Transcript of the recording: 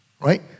Right